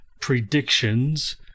predictions